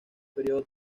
período